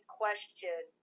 question